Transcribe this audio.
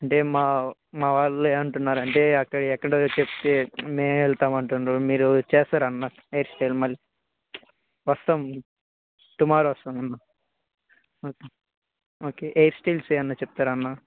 అంటే మా మా వాళ్ళు ఏమి అంటున్నారు అంటే అక్కడ ఎక్కడ చెప్తే మేము వెళ్తాము అంటుండ్రు మీరు చేస్తారా అన్న ఎయిర్ స్టైల్ మళ్ళీ వస్తాం టుమారో వస్తాం అన్న ఓకే హెయిర్ స్టైల్స్ ఏమన్నాచెప్తారా అన్న